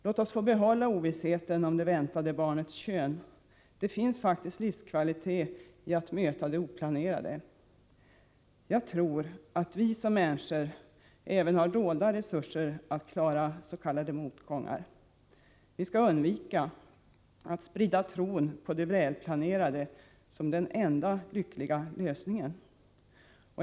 Låt oss få behålla ovissheten om det väntade barnets kön. Det finns faktiskt livskvalitet i att möta det oplanerade. Jag tror att vi som människor även har dolda resurser att klara s.k. motgångar. Vi skall undvika att sprida tron på det välplanerade som den enda lyckliga lösningen.